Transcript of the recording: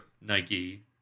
Nike